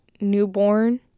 newborn